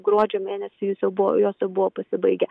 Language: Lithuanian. gruodžio mėnesį jos jau jos jau buvo pasibaigę